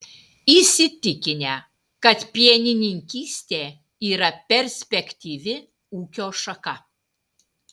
įsitikinę kad pienininkystė yra perspektyvi ūkio šaka